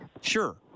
Sure